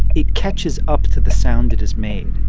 it catches up to the sound it has made